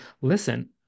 listen